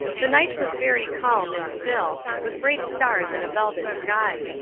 the night was very calm and still, with great stars in a velvet sky.